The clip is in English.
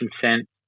consent